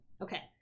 okay